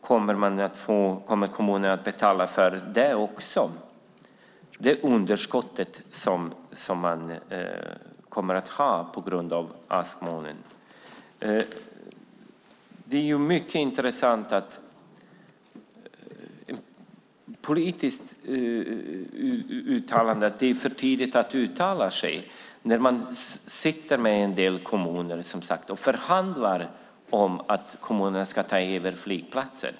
Kommer det att bakas in så att kommunerna måste betala för det underskott som blir på grund av detta? Svaret att det är för tidigt att uttala sig är politiskt mycket intressant med tanke på att ni förhandlar med en del kommuner om att de ska ta över flygplatserna.